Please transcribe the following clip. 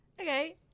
Okay